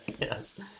Yes